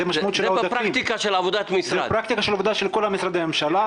זו פרקטיקה של עבודה של כל משרדי הממשלה,